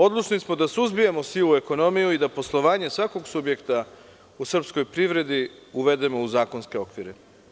Odlučni smo da suzbijemo sivu ekonomiju i da poslovanje svakog subjekta u srpskoj privredi uvedemo u zakonske okvire.